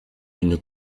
une